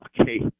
Okay